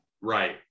right